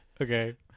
Okay